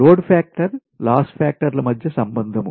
load factor loss factor ల మధ్య సంబంధం